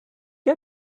you